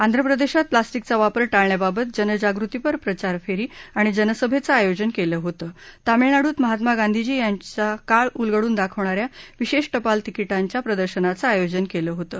आंध्र प्रदेशात प्लास्टिकचा वापर टाळण्याबाबत जनजागृतीपर प्रचार फेरी आणि जनसभेचं आयोजन केलं होतं तमीळनाडूत महात्मा गांधीजी यांच्या काळ उलगडून दाखवणाऱ्या विशेष टपाल तिकीटांच्या प्रदर्शनाचं आयोजन केलं होतं